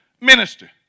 minister